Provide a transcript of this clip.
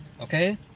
Okay